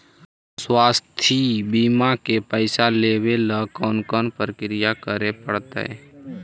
स्वास्थी बिमा के पैसा लेबे ल कोन कोन परकिया करे पड़तै?